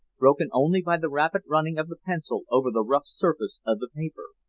broken only by the rapid running of the pencil over the rough surface of the paper.